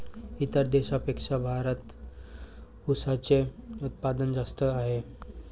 इतर देशांपेक्षा भारतात उसाचे उत्पादन जास्त आहे